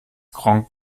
gronkh